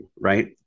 right